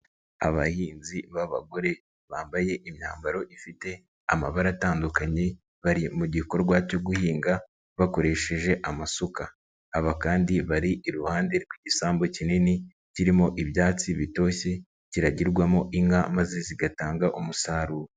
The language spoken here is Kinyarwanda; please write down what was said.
Abahinzi b'abagore bambaye imyambaro ifite amabara atandukanye, bari mu gikorwa cyo guhinga bakoresheje amasuka, aba kandi bari iruhande rw'igisambu kinini kirimo ibyatsi bitoshye, kiragirwamo inka maze zigatanga umusaruro.